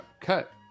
cut